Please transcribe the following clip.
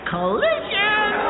Collision